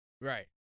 Right